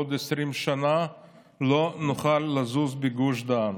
בעוד 20 שנה לא נוכל לזוז בגוש דן.